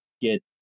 get